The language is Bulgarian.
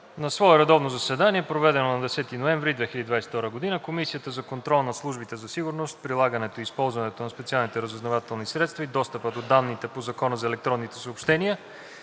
На свое редовно заседание, проведено на 10 ноември 2022 г., Комисията за контрол над службите за сигурност, прилагането и използването на специалните разузнавателни средства и достъпа до данните по Закона за електронните съобщения